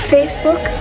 Facebook